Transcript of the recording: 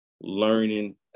learning